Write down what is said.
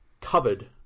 covered